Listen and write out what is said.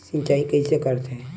सिंचाई कइसे करथे?